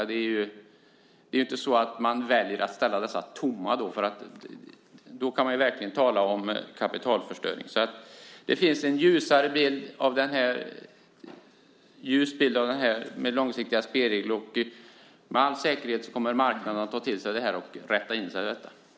Det är inte så att man väljer att ställa dessa lägenheter tomma. Då kan man verkligen tala om kapitalförstöring. Det finns en ljus bild av långsiktiga spelregler. Med all säkerhet kommer marknaden att ta till sig det och rätta in sig efter detta.